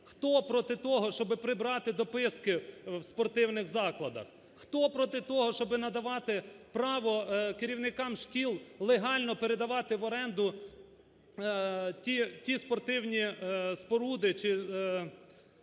Хто проти того, щоб прибрати дописки в спортивних закладах? Хто проти того, щоб надавати право керівникам шкіл легально передавати в оренду ті спортивні споруди